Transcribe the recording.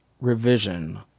revision